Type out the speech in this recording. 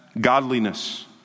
godliness